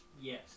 Yes